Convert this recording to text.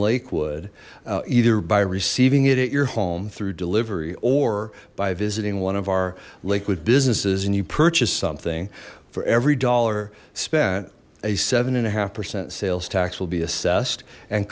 lakewood either by receiving it at your home through delivery or by visiting one of our liquid businesses and you purchase something for every dollar spent as a seven and a half percent sales tax will be assessed and